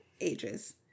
ages